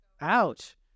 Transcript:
Ouch